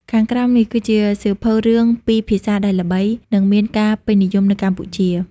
ខាងក្រោមនេះគឺជាសៀវភៅរឿងពីរភាសាដែលល្បី និងមានការពេញនិយមនៅកម្ពុជា